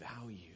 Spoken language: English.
value